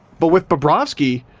but with bobrovsky?